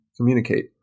communicate